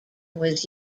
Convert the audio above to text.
was